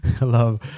love